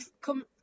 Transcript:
come